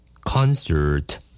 Concert